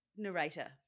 Narrator